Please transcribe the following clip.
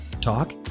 talk